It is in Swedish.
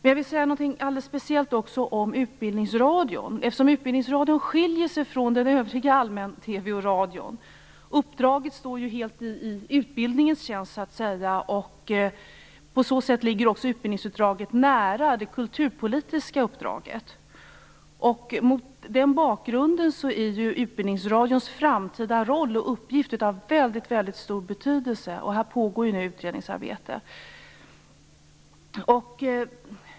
Jag vill även säga något om Utbildningsradion, eftersom den skiljer sig från övrig allmän TV och radio. Uppdraget står helt i utbildningens tjänst. På det sättet ligger utbildningsuppdraget nära det kulturpolitiska uppdraget. Mot den bakgrunden är ju Utbildningsradions framtida roll och uppgift av mycket stor betydelse, och i det sammanhanget pågår ett utredningsarbete.